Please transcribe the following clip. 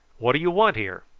what do you want here?